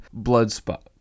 Bloodspot